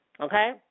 Okay